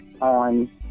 on